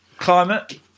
Climate